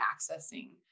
accessing